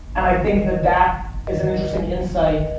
and i think that that is an interesting insight,